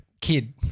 kid